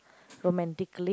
romantically